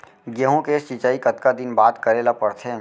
गेहूँ के सिंचाई कतका दिन बाद करे ला पड़थे?